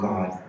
God